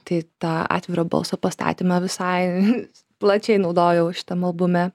tai tą atviro balso pastatymą visai plačiai naudojau šitam albume